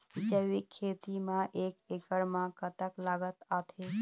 जैविक खेती म एक एकड़ म कतक लागत आथे?